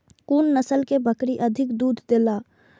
कुन नस्ल के बकरी अधिक दूध देला?